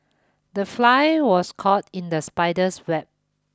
the fly was caught in the spider's web